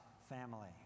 family